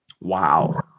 wow